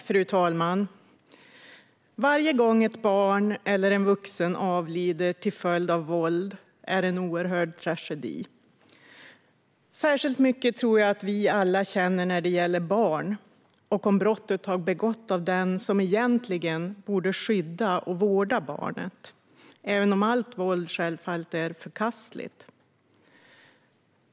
Fru talman! Varje gång ett barn eller en vuxen avlider till följd av våld är en oerhörd tragedi. Särskilt mycket tror jag att vi alla känner när det gäller barn och om brottet har begåtts av den som egentligen borde skydda och vårda barnet, även om allt våld självfallet är förkastligt.